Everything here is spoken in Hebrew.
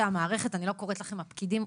המערכת אני לא קוראת לכם "הפקידים",